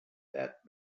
that